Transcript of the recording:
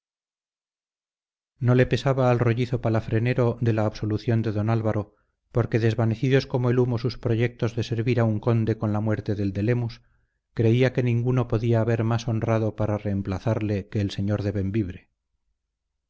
no le pesaba al rollizo palafrenero de la absolución de don álvaro porque desvanecidos como el humo sus proyectos de servir a un conde con la muerte del de lemus creía que ninguno podía haber más honrado para reemplazarle que el señor de